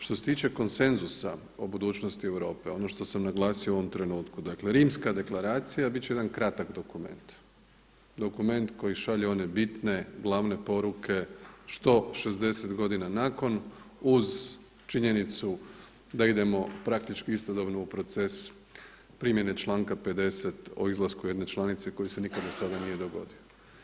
Što se tiče konsenzusa o budućnosti Europe, ono što sam naglasio u ovom trenutku, dakle Rimska deklaracija bit će jedan kratak dokument, dokument koji šalje one bitne glavne poruke što 60 godina nakon uz činjenicu da idemo praktički istodobno u proces primjene članka 50. o izlasku jedne članice koji se nikad do sada nije dogodio.